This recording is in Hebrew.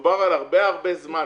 מדובר על הרבה זמן.